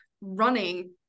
running